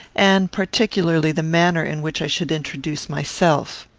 and particularly the manner in which i should introduce myself.